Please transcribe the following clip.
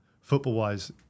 football-wise